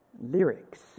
lyrics